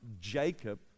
Jacob